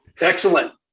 Excellent